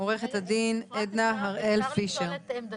עורכת הדין עדנה הראל פישר.